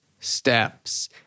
steps